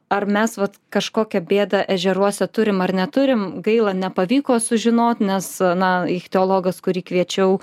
ar mes vat kažkokią bėdą ežeruose turim ar neturim gaila nepavyko sužinot nes na ichtiologas kurį kviečiau